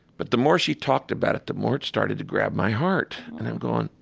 but the more she talked about it, the more it started to grab my heart. and i'm going,